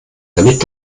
damit